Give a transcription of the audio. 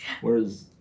Whereas